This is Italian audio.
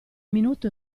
minuto